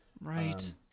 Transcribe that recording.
Right